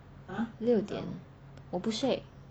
六点我不睡